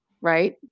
right